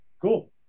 Cool